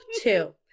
Two